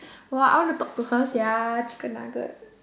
!wah! I want to talk to her sia chicken nugget